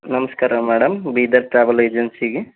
ನಮಸ್ಕಾರ madam Bidar travel ಏಜೆನ್ಸಿಗೆ